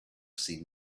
seen